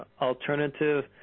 alternative